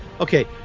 Okay